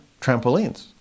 trampolines